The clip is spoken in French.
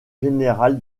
général